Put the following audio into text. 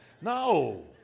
No